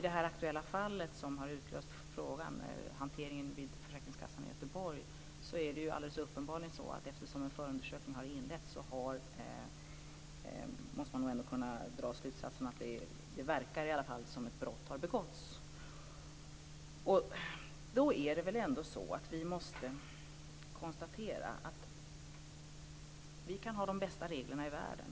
Det aktuella fallet, som har utlöst frågan, gäller hanteringen vid försäkringskassan i Göteborg. Där måste man nog ändå kunna dra slutsatsen att det, eftersom en förundersökning har inletts, i alla fall verkar som att ett brott har begåtts. Vi måste då konstatera att vi kan ha de bästa reglerna i världen.